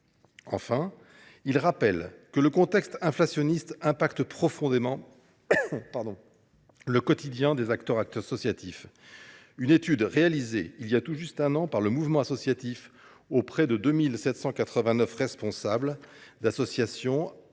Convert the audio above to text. Enfin, il rappelle que le contexte inflationniste affecte profondément le quotidien des acteurs associatifs. Une étude réalisée il y a tout juste un an par le Mouvement associatif auprès de 2 789 responsables d’associations